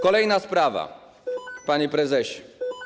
Kolejna sprawa, panie prezesie.